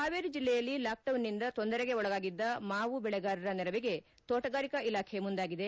ಹಾವೇರಿ ಜಿಲ್ಲೆಯಲ್ಲಿ ಲಾಕೆಡೌನ್ನಿಂದ ತೊಂದರೆಗೆ ಒಳಗಾಗಿದ್ದ ಮಾವು ಬೆಳಗಾರರ ನೆರವಿಗೆ ತೋಟಗಾರಿಕೆ ಇಲಾಖೆ ಮುಂದಾಗಿದೆ